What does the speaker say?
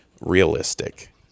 realistic